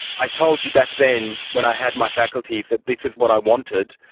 i told you back then when i had my faculties that this is what i wanted,